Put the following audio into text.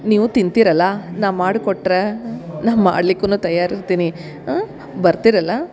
ನೀವು ತಿಂತಿರಲ್ಲ ನಾ ಮಾಡಿ ಕೊಟ್ರ ನಾ ಮಾಡಲಿಕ್ಕೂನು ತಯಾರು ಇರ್ತೀನಿ ಬರ್ತೀರಲ್ಲ